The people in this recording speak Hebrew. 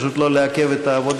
פשוט כדי לא לעכב את העבודה.